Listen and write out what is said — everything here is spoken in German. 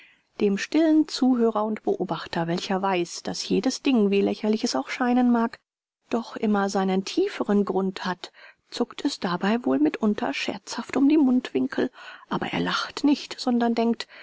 dem stillen zuhörer und beobachter welcher weiß daß jedes ding wie lächerlich es auch scheinen mag doch immer seinen tieferen grund hat zuckt es dabei wohl mitunter scherzhaft um die mundwinkel aber er lacht nicht sondern denkt